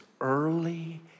early